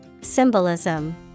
Symbolism